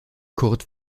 kurt